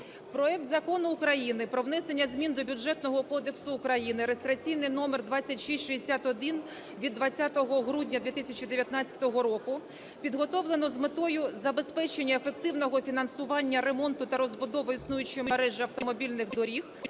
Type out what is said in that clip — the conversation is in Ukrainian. Проект Закону України про внесення змін до Бюджетного кодексу України (реєстраційний номер 2661) від 20 грудня 2019 року підготовлено з метою забезпечення ефективного фінансування ремонту та розбудови існуючої мережі автомобільних доріг,